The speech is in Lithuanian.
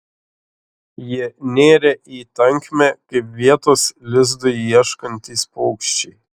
jie nėrė į tankmę kaip vietos lizdui ieškantys paukščiai